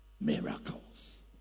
miracles